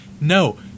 No